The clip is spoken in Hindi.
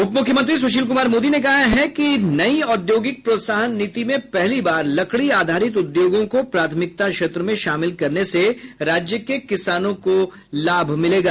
उप मुख्यमंत्री सुशील कुमार मोदी ने कहा की नई औद्योगिक प्रोत्साहन नीति में पहली बार लकड़ी आधारित उद्योगों को प्राथमिकता क्षेत्र में शामिल करने से राज्य को किसानों को लाभ मिलेगा